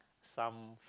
some